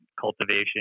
cultivation